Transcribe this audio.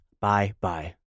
Bye-bye